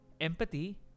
empathy